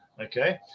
Okay